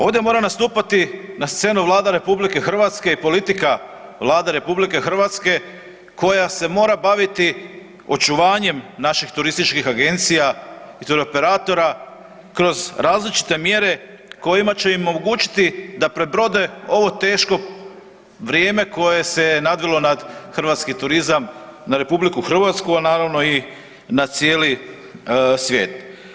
Ovdje mora nastupati na scenu Vlada RH, politika Vlade RH koja se mora baviti očuvanjem naših turističkih agencija i turoperatora kroz različite mjere kojima će im omogućiti da prebrode ovo teško vrijeme koje se je nadvilo nad hrvatski turizam, nad RH, a naravno i na cijeli svijet.